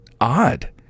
odd